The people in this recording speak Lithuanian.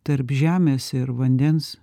tarp žemės ir vandens